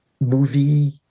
movie